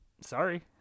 sorry